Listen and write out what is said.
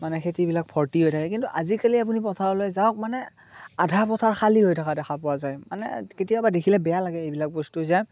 মানে খেতিবিলাক ভৰ্তি হৈ থাকে কিন্তু আজিকালি আপুনি পথাৰলৈ যাওক মানে আধা পথাৰ খালি হৈ থকা দেখা পোৱা যায় মানে কেতিয়াবা দেখিলে বেয়া লাগে এইবিলাক বস্তু যে